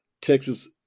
Texas